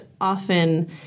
often